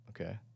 okay